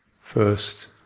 First